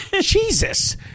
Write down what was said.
Jesus